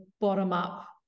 bottom-up